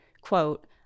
quote